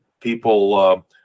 people